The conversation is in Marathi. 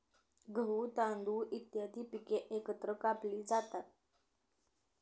गहू, तांदूळ इत्यादी पिके एकत्र कापली जातात